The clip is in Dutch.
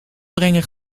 brengen